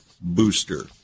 booster